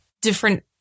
different